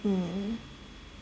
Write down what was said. mm